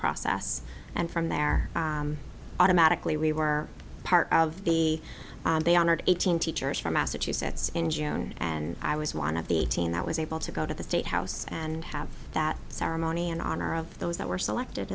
process and from there automatically we were part of the they honored eighteen teachers from massachusetts in june and i was one of the eighteen that was able to go to the state house and have that ceremony in honor of those that were selected